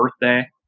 birthday